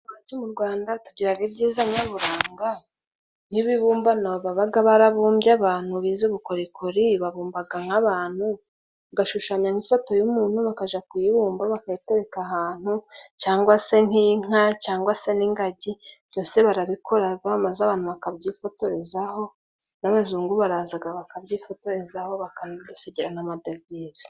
Iwa mu Rwanda tugira ibyiza nyaburanga n'ibibumbano baba barabumbye, abantu bize ubukorikori babumba nk'abantu bashushanya ifoto y'umuntu bakajya ku bibumba, bakayatereka ahantu cyangwa se nk'inka, cyangwa se n'ingagi, byose barabikora maze abantu bakabyifotorezaho n'abazungu baraza bakabyifotorezaho, bakadusigira amadevize.